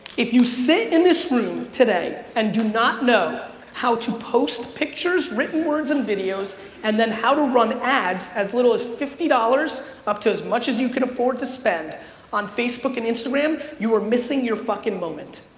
if you sit in this room today and do not know how to post pictures written, words and videos and then how to run ads as little as fifty dollars up to as much as you can afford to spend on facebook and instagram, you are missing your fucking moment.